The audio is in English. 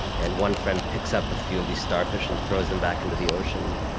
and one friend picks up a few of these starfish and throws them back into the ocean